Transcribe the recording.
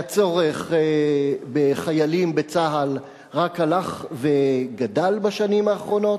והצורך בחיילים בצה"ל רק הלך וגדל בשנים האחרונות.